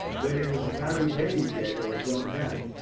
when it is a married lady dead or a grown man.